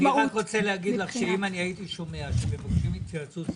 אם הייתי שומע שמבקשים התייעצות סיעתית,